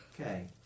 Okay